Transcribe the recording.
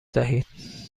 دهید